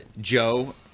Joe